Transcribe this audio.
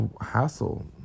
hassle